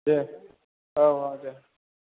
दे औ औ दे